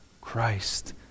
Christ